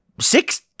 six